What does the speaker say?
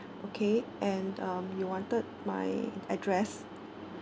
okay and um you wanted my address